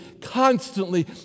constantly